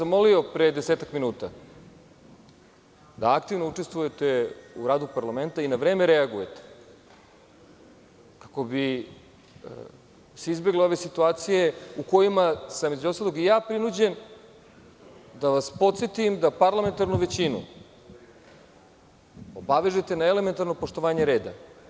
Zamolio sam vas pre desetak minuta da aktivno učestvujete u radu parlamenta i da na vreme reagujete kako bi se izbegle ove situacije u kojima sam, između ostalog, i ja prinuđen da vas podsetim da parlamentarnu većinu obavežete na elementarno poštovanje reda.